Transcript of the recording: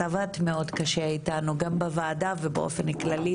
עבדת מאוד קשה איתנו גם בוועדה ובאופן כללי